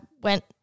went